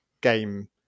game